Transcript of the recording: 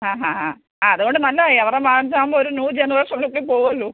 ആ ഹാ ആ ആ അതുകൊണ്ട് നല്ലതായി അവരുടെ ബാച്ചാവുമ്പോൾ ഒരു ന്യൂ ജനറേഷൻ ലുക്കി പോവോല്ലോ